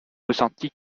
ressentie